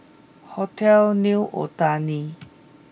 hotel New Otani